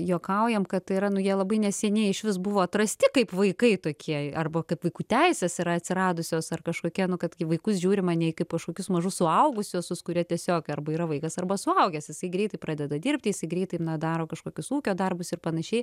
juokaujam kad tai yra nu jie labai neseniai išvis buvo atrasti kaip vaikai tokie arba kaip vaikų teisės yra atsiradusios ar kažkokia kad į vaikus žiūrima nei kaip kažkokius mažus suaugusiuosius kurie tiesiog arba yra vaikas arba suaugęs jisai greitai pradeda dirbti jisai greitai daro kažkokius ūkio darbus ir panašiai